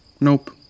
Nope